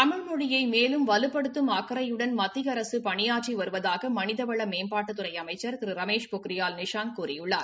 தமிழ்மொழியினை மேலும் வலுப்படுத்தும் அக்கறையுடன் மத்திய அரசு பணியாற்றி வருவதாக மனிதவள மேம்பாட்டுத்துறை அமைச்சர் திரு ரமேஷ் பொக்ரியால் நிஷாங் கூறியுள்ளார்